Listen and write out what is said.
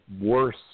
worse